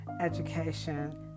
education